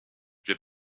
fait